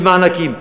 עם מענקים.